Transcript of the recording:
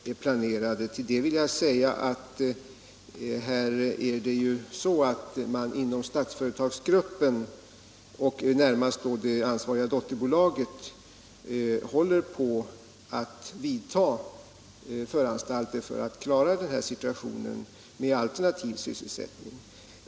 Herr talman! Herr Nygren frågar om några särskilda åtgärder är planerade. Till det vill jag säga att man inom Statsföretaggruppen, och då närmast inom det.ansvariga dotterbolaget, håller på att vidta föranstaltningar för att med alternativ sysselsättning klara denna situation.